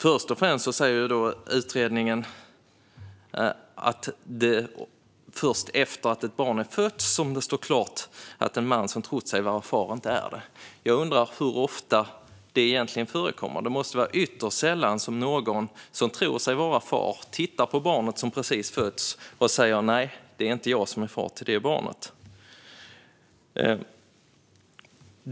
Först och främst säger utredningen att det är först efter att ett barn är fött som det står klart att en man som trott sig vara far inte är det. Jag undrar hur ofta det egentligen förekommer. Det måste vara ytterst sällan som någon som tror sig vara far, tittar på barnet som precis fötts och säger: Nej, det är inte jag som är far till detta barn.